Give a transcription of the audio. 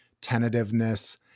tentativeness